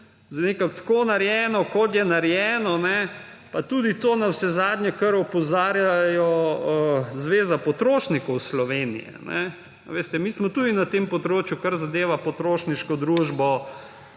je nekako tako narejeno, kot je narejeno, pa tudi to navsezadnje, na kar opozarjajo Zveza potrošnikov Slovenije. Veste, mi smo tudi na tem področju, kar zadeva potrošniško družbo,